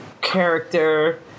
character